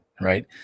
right